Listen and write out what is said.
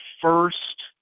first